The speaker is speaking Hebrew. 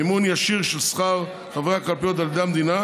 מימון ישיר של שכר חברי הקלפיות על ידי המדינה